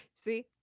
See